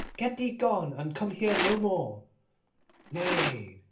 get thee gone, and come here no more nay,